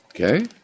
Okay